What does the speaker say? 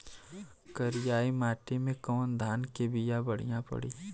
करियाई माटी मे कवन धान के बिया बढ़ियां पड़ी?